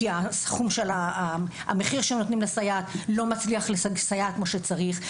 כי המחיר שנותנים לסייעת לא מצליח לשים סייעת כמו שצריך.